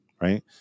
right